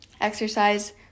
exercise